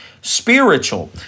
spiritual